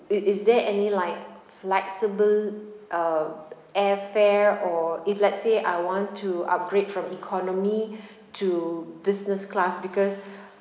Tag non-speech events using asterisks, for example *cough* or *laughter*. it is there any like flexible uh airfare or if let's say I want to upgrade from economy *breath* to business class because *breath*